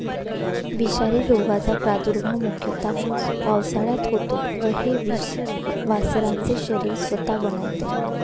विषारी रोगाचा प्रादुर्भाव मुख्यतः पावसाळ्यात होतो व हे विष वासरांचे शरीर स्वतः बनवते